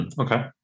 okay